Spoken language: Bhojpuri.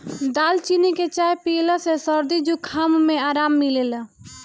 दालचीनी के चाय पियला से सरदी जुखाम में आराम मिलेला